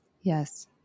Yes